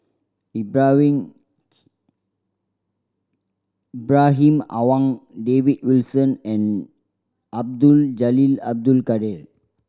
Ibrahim Ibrahim Awang David Wilson and Abdul Jalil Abdul Kadir